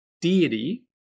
deity